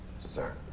Sir